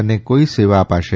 અને કોઈ સેવા અપાશે